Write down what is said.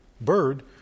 bird